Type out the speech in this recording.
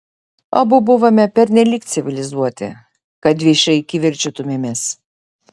abu buvome pernelyg civilizuoti kad viešai kivirčytumėmės